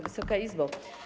Wysoka Izbo!